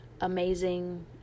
amazing